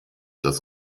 das